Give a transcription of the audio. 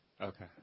Okay